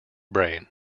brain